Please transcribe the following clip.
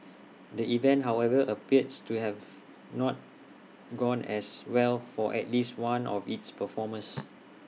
the event however appears to have not gone as well for at least one of its performers